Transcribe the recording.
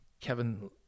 Kevin